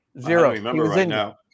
zero